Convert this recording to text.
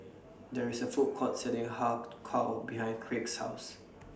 There IS A Food Court Selling Har Kow behind Kraig's House